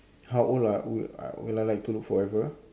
how old ah would uh will I like to look forever